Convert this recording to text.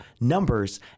numbers